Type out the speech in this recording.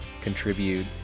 contribute